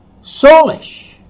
soulish